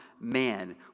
man